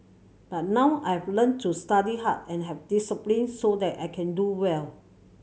but now I've learnt to study hard and have discipline so that I can do well